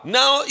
now